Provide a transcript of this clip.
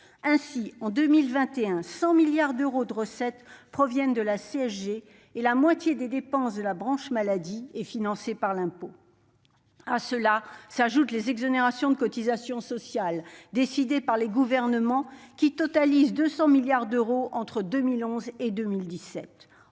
Ainsi, en 2021, 100 milliards d'euros de recettes proviennent de la CSG et la moitié des dépenses de la branche maladie est financée par l'impôt. À cela s'ajoutent les exonérations de cotisations sociales, décidées par les gouvernements, qui ont atteint 200 milliards d'euros au total entre 2011 et 2017.